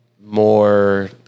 more